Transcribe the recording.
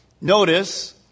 Notice